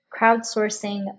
crowdsourcing